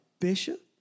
Bishop